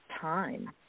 time